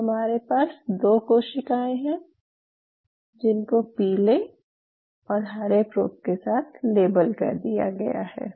अब हमारे पास दो कोशिकाएं हैं जिनको पीले और हरे प्रोब के साथ लेबल कर दिया गया है